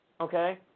okay